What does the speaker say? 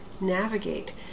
Navigate